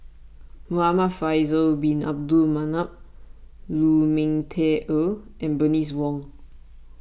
Muhamad Faisal Bin Abdul Manap Lu Ming Teh Earl and Bernice Wong